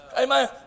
Amen